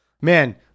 Man